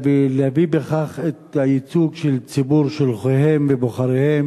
ולהביא בכך את הייצוג של ציבור שולחיהם ובוחריהם